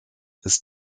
ist